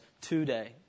today